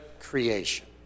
creation